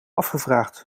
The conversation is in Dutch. afgevraagd